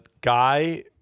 guy